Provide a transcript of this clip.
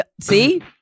see